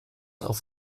auf